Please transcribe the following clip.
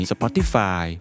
Spotify